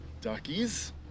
duckies